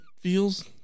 feels